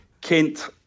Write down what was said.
Kent